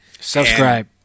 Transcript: Subscribe